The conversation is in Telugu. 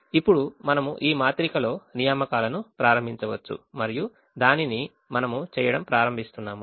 ఇప్పుడు మనము ఈ మాత్రికలో నియామకాలును ప్రారంభించవచ్చు మరియు మనము దానిని చేయడం ప్రారంభిస్తున్నాము